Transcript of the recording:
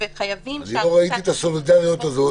לא ראיתי את הסולידריות הזאת